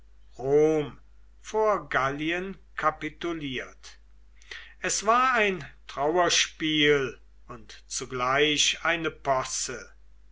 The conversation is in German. vor gallien kapituliert es war ein trauerspiel und zugleich eine posse